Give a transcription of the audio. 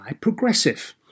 Progressive